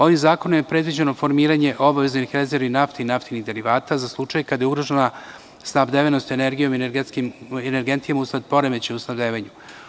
Ovim zakonom je predviđeno formiranje obaveznih rezervi nafte i naftinih derivata za slučaj kada je ugrožena snabdevenost energijom i energentima usled poremećaja u snabdevanju.